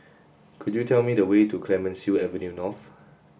could you tell me the way to Clemenceau Avenue North